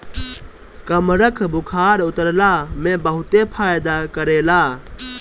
कमरख बुखार उतरला में बहुते फायदा करेला